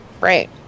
right